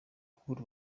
kubura